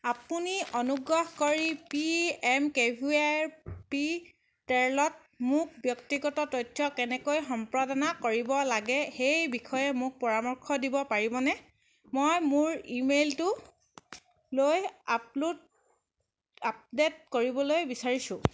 আপুনি অনুগ্ৰহ কৰি P M K V Y পৰ্টেলত মোৰ ব্যক্তিগত তথ্য কেনেকৈ সম্পাদনা কৰিব লাগে সেই বিষয়ে মোক পৰামৰ্শ দিব পাৰিবনে মই মোৰ ইমেইলটো লৈ আপলোড আপডেট কৰিবলৈ বিচাৰিছোঁ